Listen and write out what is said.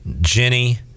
jenny